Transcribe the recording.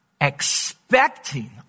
expecting